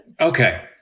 Okay